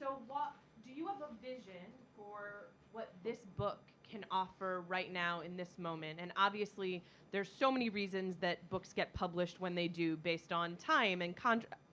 so but do you have a vision for what this book can offer right now in this moment and obviously there's so many reasons that books get published when they do based on time and contract,